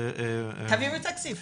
תביאו תקציב.